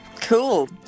cool